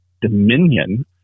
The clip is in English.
dominion